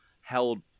held